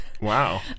Wow